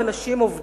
ואת אנשי בנק